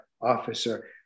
officer